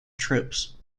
troops